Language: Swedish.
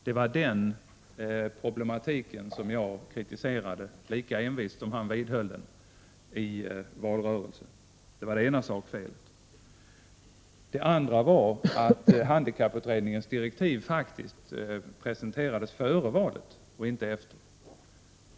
Det var det problemet som jag kritiserade lika envist som Bengt Westerberg vidhöll det vid valrörelsen. Det var det ena sakfelet. Det andra sakfelet var att handikapputredningens direktiv faktiskt presenterades före valet och inte efter.